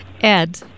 Ed